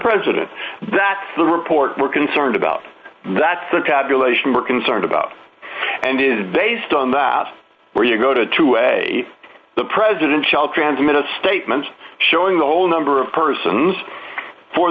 president that's the report we're concerned about that's the tabulation we're concerned about and is based on that where you go to a the president shall transmit a statement showing the whole number of persons for